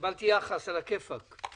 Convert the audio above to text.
קיבלתי יחס מצוין.